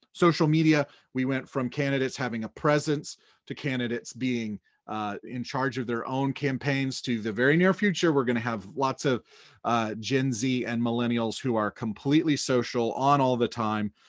social media, media, we went from candidates having a presence to candidates being in charge of their own campaigns, to the very near future we're gonna have lots of gen z and millennials who are completely social, on all the time,